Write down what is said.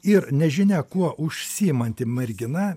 ir nežinia kuo užsiimanti mergina